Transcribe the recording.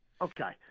Okay